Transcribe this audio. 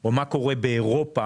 או מה קורה באירופה.